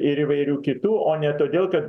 ir įvairių kitų o ne todėl kad